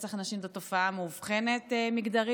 רצח נשים זו תופעה מאובחנת מגדרית,